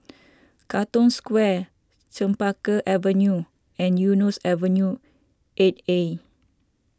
Katong Square Chempaka Avenue and Eunos Avenue eight A